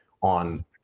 on